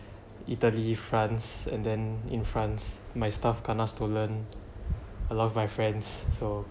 italy france and then in france my stuff kena stolen a lot of my friends so